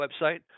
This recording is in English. website